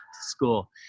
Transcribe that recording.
school